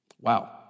Wow